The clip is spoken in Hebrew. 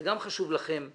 זה גם חשוב לכם.